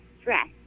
stress